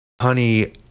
Honey